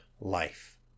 life